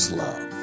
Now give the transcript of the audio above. love